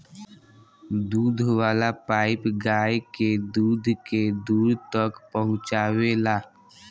दूध वाला पाइप गाय के दूध के दूर तक पहुचावेला